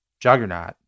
juggernaut